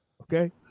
okay